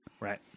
Right